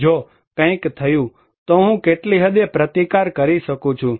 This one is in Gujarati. જો કંઇક થયું તો હું કેટલી હદે પ્રતિકાર કરી શકું છું